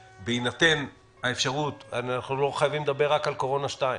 בהינתן האפשרות אנחנו לא חייבים לדבר רק על קורונה 2,